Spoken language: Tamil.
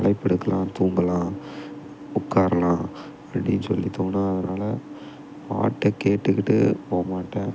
களைப்பு எடுக்கலாம் தூங்கலாம் உட்காரலாம் அப்டின்னு சொல்லி தோணும் அதனால பாட்டு கேட்டுக்கிட்டு போகமாட்டேன்